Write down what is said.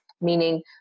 meaning